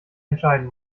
entscheiden